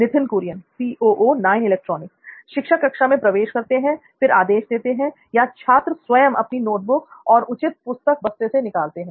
नित्थिन कुरियन शिक्षक कक्षा में प्रवेश करते हैं फिर आदेश देते हैं या छात्र स्वयं अपनी नोटबुक और उचित पुस्तक बस्ते से निकालते हैं